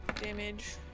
damage